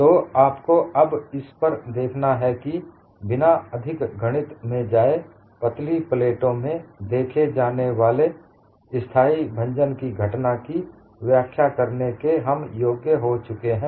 तो आपको अब इस पर देखना है कि बिना अधिक गणित में जाए पतली प्लेटों में देखे जाने वाले स्थाई भंजन की घटना की व्याख्या करने के हम योग्य हो चुके हैं